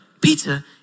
Peter